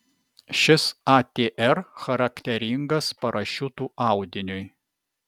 šis atr charakteringas parašiutų audiniui